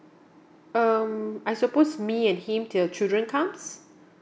um I suppose me and him till children comes